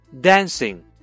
Dancing